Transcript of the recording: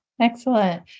Excellent